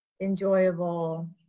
enjoyable